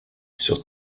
sur